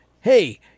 hey